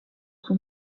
son